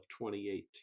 2018